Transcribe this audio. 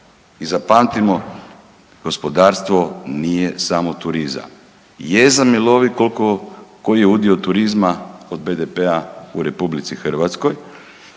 i zapamtimo gospodarstvo nije samo turizam. Jeza me lovi koliko, koji je udio turizma od BDP-a u Republici Hrvatskoj.